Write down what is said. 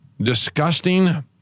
disgusting